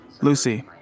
Lucy